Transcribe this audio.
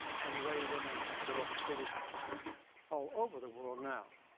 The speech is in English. and the way women and girls are treated all over the world now.